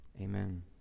amen